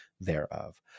thereof